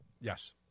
Yes